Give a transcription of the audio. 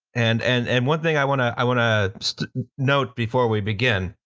and and and one thing i wanna i wanna note before we begin,